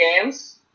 games